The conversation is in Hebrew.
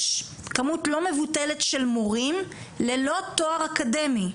כמות לא מבוטלת של מורים ללא תואר אקדמי.